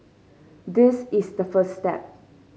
this is the first step